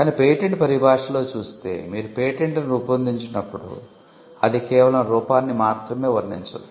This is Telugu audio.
కానీ పేటెంట్ పరిభాషలో చూస్తే మీరు పేటెంట్ను రూపొందించినప్పుడు అది కేవలం రూపాన్ని మాత్రమే వర్ణించదు